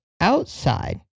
outside